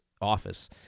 office